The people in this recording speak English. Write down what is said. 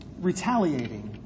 retaliating